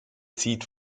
zieht